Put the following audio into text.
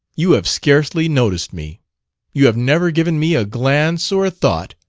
you have scarcely noticed me you have never given me a glance or a thought.